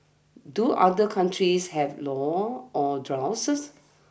do other countries have laws on drones